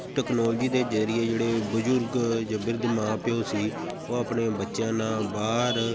technology ਦੇ ਜ਼ਰੀਏ ਜਿਹੜੇ ਬਜ਼ੁਰਗ ਜਾਂ ਬਿਰਧ ਮਾਂ ਪਿਉ ਸੀ ਉਹ ਆਪਣੇ ਬੱਚਿਆਂ ਨਾਲ ਬਾਹਰ